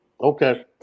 okay